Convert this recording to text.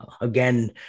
Again